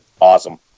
Awesome